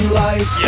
life